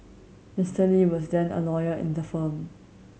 Mister Lee was then a lawyer in the firm